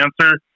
answer